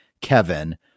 Kevin